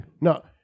No